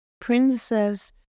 princess